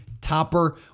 topper